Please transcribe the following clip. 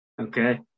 okay